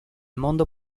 mondo